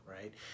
right